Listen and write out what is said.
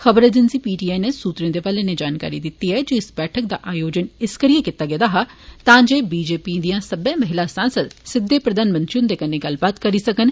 खबर agency PTI नै सूत्रें दे हवाले नै जानकारी दित्ती ऐ इस बैठक दा आयोजन इस करिए कीता गेआ तां जे बीजेपी दियां सब्बै महिला सांसद सिद्धे प्रधानमंत्री हुन्दे कन्नै गल्ल करी सकन